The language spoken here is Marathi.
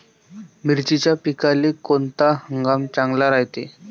मिर्चीच्या पिकाले कोनता हंगाम चांगला रायते?